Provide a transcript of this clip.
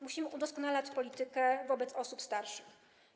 Musimy udoskonalać politykę wobec osób starszych.